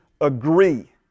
agree